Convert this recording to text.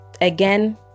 again